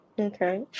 Okay